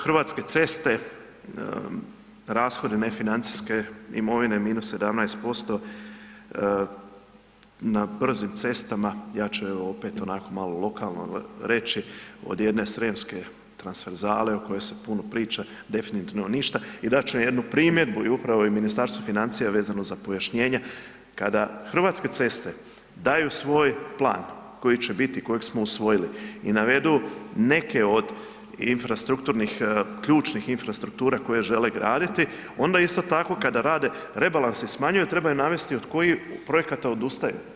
Hrvatske ceste, rashodi nefinancijske imovine -17%, na brzim cestama, ja ću evo, opet, onako malo lokalno reći, od jedne srijemske transverzale o kojoj se puno priča, definitivno ništa i dat će jednu primjedbu i upravo i Ministarstvu financija vezano za pojašnjenje, kada Hrvatske ceste daju svoj plan koji će biti, kojeg smo usvojili, i navedu neke od infrastrukturnih, ključnih infrastruktura koje žele graditi, onda isto tako, kada rade rebalans i smanjuju, trebaju navesti od kojih projekata odustaju.